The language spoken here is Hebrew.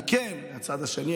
מהצד השני,